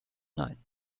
nein